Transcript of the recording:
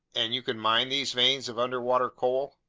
and you can mine these veins of underwater coal?